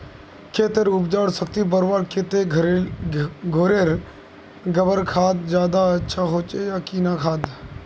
खेतेर उपजाऊ शक्ति बढ़वार केते घोरेर गबर खाद ज्यादा अच्छा होचे या किना खाद?